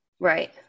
right